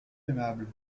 aimables